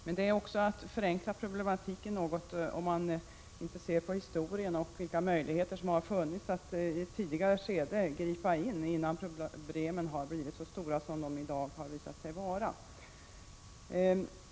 Men det är att förenkla problematiken något om man inte ser på historien och inte tar hänsyn till vilka möjligheter som har funnits att gripa in i ett tidigare skede, innan problemen blivit så stora som de i dag har visat sig vara.